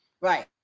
Right